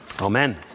Amen